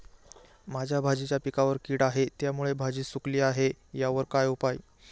माझ्या भाजीच्या पिकावर कीड आहे त्यामुळे भाजी सुकली आहे यावर काय उपाय?